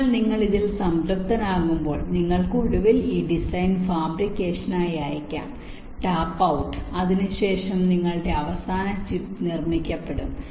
അതിനാൽ നിങ്ങൾ ഇതിൽ സംതൃപ്തനാകുമ്പോൾ നിങ്ങൾക്ക് ഒടുവിൽ ഈ ഡിസൈൻ ഫാബ്രിക്കേഷനായി അയയ്ക്കാം ടാപ്പ് ഔട്ട് അതിനുശേഷം നിങ്ങളുടെ അവസാന ചിപ്പ് നിർമ്മിക്കപ്പെടും